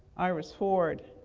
iris ford,